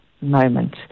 moment